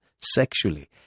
sexually